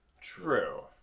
True